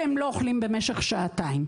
הם לא אוכלים במשך שעתיים.